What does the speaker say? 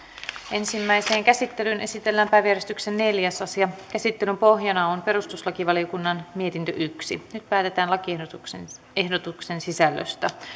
ensimmäiseen käsittelyyn esitellään päiväjärjestyksen neljäs asia käsittelyn pohjana on perustuslakivaliokunnan mietintö yksi nyt päätetään lakiehdotuksen sisällöstä